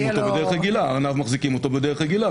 ארנב מחזיקים בדרך רגילה,